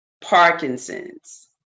parkinson's